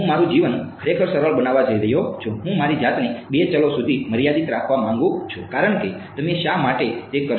હું મારું જીવન ખરેખર સરળ બનાવવા જઈ રહ્યો છું હું મારી જાતને બે ચલો સુધી મર્યાદિત રાખવા માંગુ છું કારણ કે તમે શા માટે તે કરશો